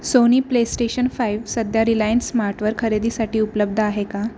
Sony PlayStation five सध्या रिलायन्स स्मार्टवर खरेदीसाठी उपलब्ध आहे का